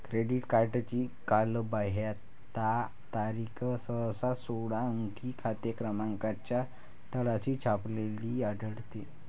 credit कार्डची कालबाह्यता तारीख सहसा सोळा अंकी खाते क्रमांकाच्या तळाशी छापलेली आढळते